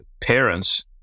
parents